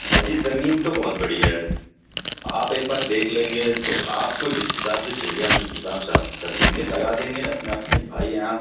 اجی زمین تو بہت بڑھیا ہے آپ ایک بار دیکھ لیں گے تو آپ کو جس حساب سے چاہیے ہم اس حساب سے آپ کو کر دیں لگا دیں گے اپنے اپنے بھائی ہیں آپ